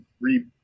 re